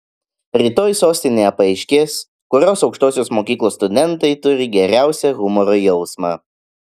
rytoj sostinėje paaiškės kurios aukštosios mokyklos studentai turi geriausią humoro jausmą